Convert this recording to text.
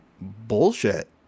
bullshit